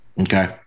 Okay